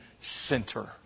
Center